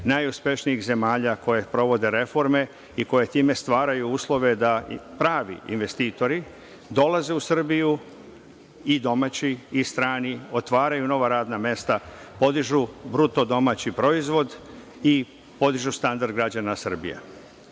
najuspešnijih zemalja koje sprovode reforme i koje time stvaraju uslove da pravi investitori dolaze u Srbiju i domaći i strani otvaraju nova radna mesta, podižu BDP i podižu standard građana